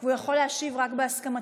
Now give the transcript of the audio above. הוא יכול להשיב רק בהסכמתכם.